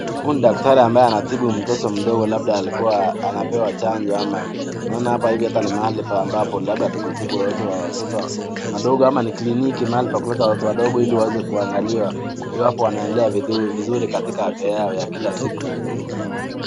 Huyu ni daktari ambaye anatibu mtoto mdogo labda alikua anapewa chanjo ama unaona apa hivi ni mahali ambavyo labda ni kutibu watoto wadogo ama ni kriniki mahali pa kuleta wadogo ili waweze kuangalia iwapo wanaendelea vizuri katika afya yao ya kila siku.